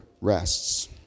rests